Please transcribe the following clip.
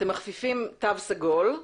אתם מכפיפים תו סגול.